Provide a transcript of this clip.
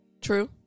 True